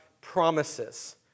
promises